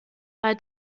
bei